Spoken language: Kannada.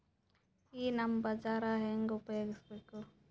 ಈ ನಮ್ ಬಜಾರ ಹೆಂಗ ಉಪಯೋಗಿಸಬೇಕು?